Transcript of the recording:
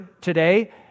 today